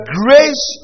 grace